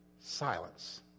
silence